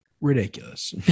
ridiculous